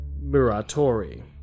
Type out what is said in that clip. Muratori